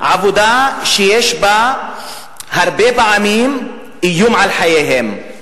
שיש בה הרבה פעמים איום על חייהם,